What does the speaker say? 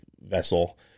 vessel